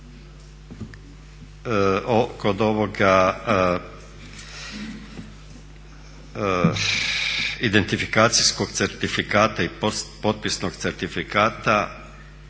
Kod ovoga identifikacijskog certifikata i potpisnog certifikata